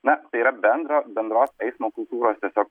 na tai yra bendro bendros eismo kultūros tiesiog